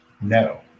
No